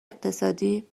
اقتصادی